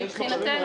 מבחינתנו,